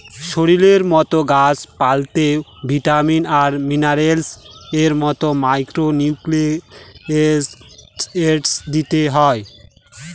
শরীরের মতো গাছ পালতেও ভিটামিন আর মিনারেলস এর মতো মাইক্র নিউট্রিয়েন্টস দিতে হয়